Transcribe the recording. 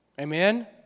Amen